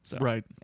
Right